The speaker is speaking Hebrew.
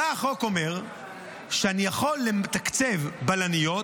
בא החוק ואומר שאני יכול לתקצב בלניות